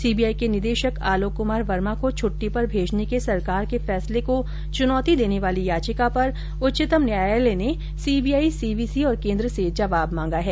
CBI के निदेशक आलोक कुमार वर्मा को छुट्टी पर भेजने के सरकार के फैसले को चुनौती देने वाली याचिका पर उच्चतम न्यायालय ने सीबीआई सीवीसी और केन्द्र से जवाब मांगा है